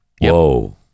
Whoa